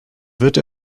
wird